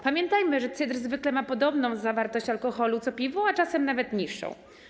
Pamiętajmy, że cydr zwykle ma podobną zawartość alkoholu co piwo, a czasem nawet niższą.